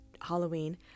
Halloween